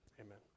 Amen